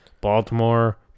Baltimore